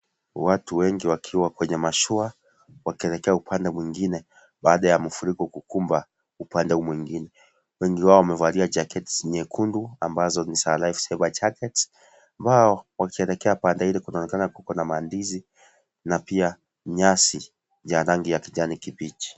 Watu wengi waiwa kwenye mashuka kuelekea upande mwingine baada ya mafuriko kukumba upande huu mwingine . Wengi wao wamevalia jaketi nyekundu ambazo ni za (cs)life safer jackets(cs)ambao wakielekea upande ule mwingine kuna mandizi na pia nyasi ya rangi ya kijani kibichi.